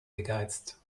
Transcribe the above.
gegeizt